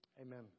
amen